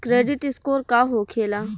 Credit score का होखेला?